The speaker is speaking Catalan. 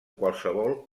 qualsevol